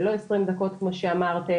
ולא עשרים דקות כמו שאמרתם,